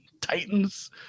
titans